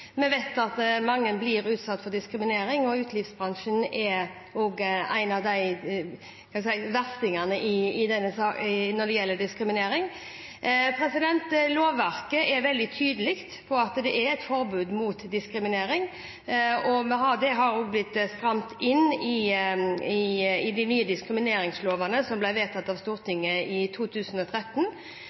Vi vet at mange blir utsatt for diskriminering, og utelivsbransjen er en av verstingene når det gjelder diskriminering. Lovverket er veldig tydelig på at det er et forbud mot diskriminering, og det er også blitt strammet inn i de nye diskrimineringslovene som ble vedtatt av Stortinget i 2013.